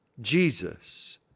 Jesus